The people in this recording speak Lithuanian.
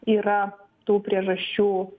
yra tų priežasčių